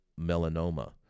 melanoma